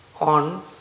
on